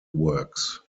works